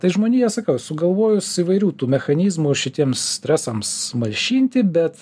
tai žmonija sakau sugalvojus įvairių tų mechanizmų šitiems stresams malšinti bet